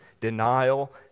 denial